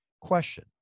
Question